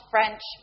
French